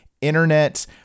internet